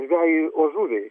žvejui už žuvį